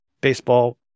baseball